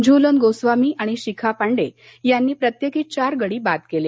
झूलन गोस्वामी आणि शिखा पांडे यांनी प्रत्येकी चार गडी बाद केले